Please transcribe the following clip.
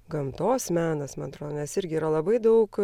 gamtos menas man atrodo nes irgi yra labai daug